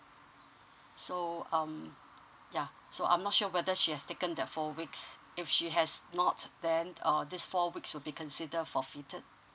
so um yeah so I'm not sure whether she has taken the four weeks if she has not then err this four weeks will be considered forfeited